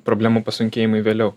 problemų pasunkėjimui vėliau